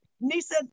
Nisa